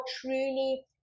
truly